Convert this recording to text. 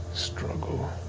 struggle.